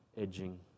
edging